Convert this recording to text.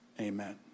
Amen